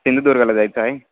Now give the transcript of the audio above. सिंधुदुर्गला जायचं आहे